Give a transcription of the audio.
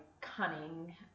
cunning